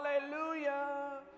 Hallelujah